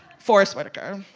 forest whitaker